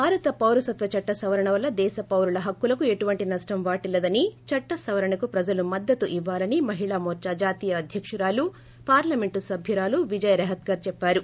భారత పౌరసత్న చట్ట సవరణ వల్ల దేశ పౌరుల హాక్కులకు ఎటువంటి నష్టం వాటిల్లదని చట్ట సవరణకు ప్రజలు మద్దతు ఇవ్వాలని మహిళామోర్చ జాతీయ అద్యకురాలు పార్లమెంటు సభ్యురాలు విజయ రెహత్కర్ చెప్పారు